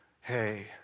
hey